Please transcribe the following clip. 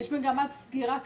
יש מגמת סגירה כללית.